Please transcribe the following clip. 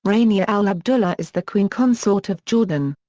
rania al abdullah is the queen consort of jordan.